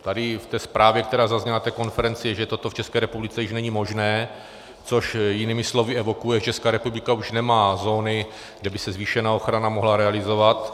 Tady v té zprávě, která zazněla na té konferenci, že toto v České republice již není možné, což jinými slovy evokuje, že Česká republika už nemá zóny, kde by se zvýšená ochrana mohla realizovat.